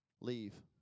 leave